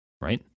Right